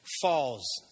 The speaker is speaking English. falls